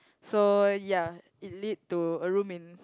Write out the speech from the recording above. so ya it lead to a room in